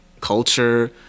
Culture